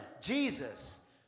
Jesus